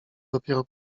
dopiero